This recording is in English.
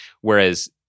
Whereas